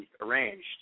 arranged